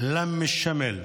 חוק הלאום, או בשמו המדויק יותר,